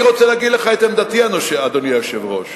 אני רוצה להגיד לך את עמדתי, אדוני היושב-ראש.